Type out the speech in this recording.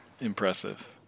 impressive